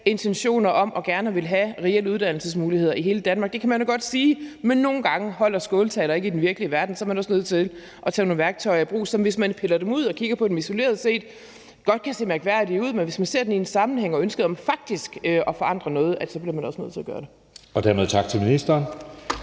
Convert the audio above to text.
intentioner om gerne at ville have reelle uddannelsesmuligheder i hele Danmark. Det kan man jo godt sige, men nogle gange holder skåltaler ikke i den virkelige verden, og så er man også nødt til at tage nogle værktøjer i brug, som, hvis man piller dem ud og kigger på dem isoleret, godt kan se mærkværdige ud, men hvis man ser dem i en sammenhæng også med ønsket om faktisk at forandre noget, bliver man også nødt til at gøre det. Kl. 16:41 Anden